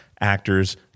actors